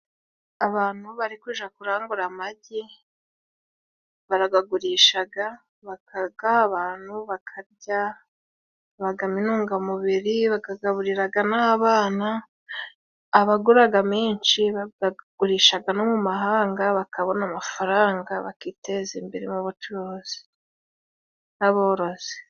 Abantu bari kuja kurangura amagi baragagurishaga bakagaha abantu bakarya, habagamo intungamubiri bakagaburiraga n'abana. Abaguraga menshi bagurishaga no mu mahanga bakabona amafaranga bakiteza imbere b'abacuruzi n'aborozi.